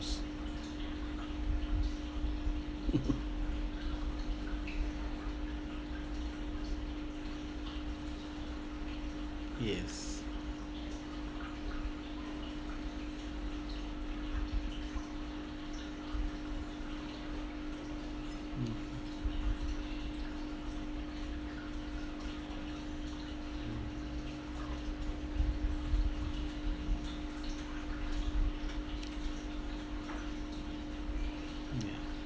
yes mm ya